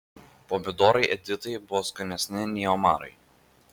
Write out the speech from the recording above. pomidorai editai buvo skanesni nei omarai